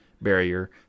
barrier